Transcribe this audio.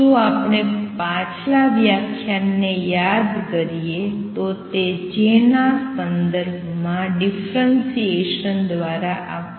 જો આપણે પાછલા વ્યાખ્યાનને યાદ કરીએ તો તે j ના સંદર્ભમાં ડિફ્રંસીએસન દ્વારા આપવામાં આવે છે